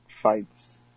fights